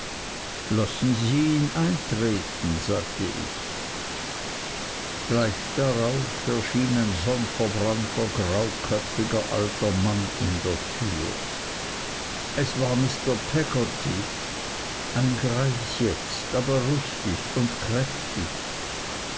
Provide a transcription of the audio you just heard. lassen sie ihn eintreten sagte ich gleich darauf erschien ein sonnverbrannter grauköpfiger alter mann in der türe es war mr peggotty ein greis jetzt aber rüstig und kräftig